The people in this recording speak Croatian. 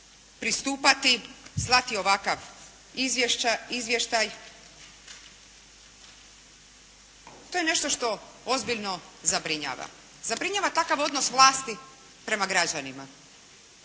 pristupati, slati ovakav izvještaj. To je nešto što ozbiljno zabrinjava, zabrinjava takav odnos vlasti prema građanima.